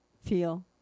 feel